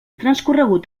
transcorregut